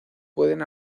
pueden